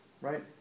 right